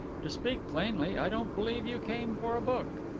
to speak plainly, i don't believe you came for a book.